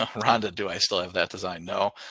ah rhonda, do i still have that design? no.